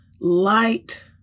light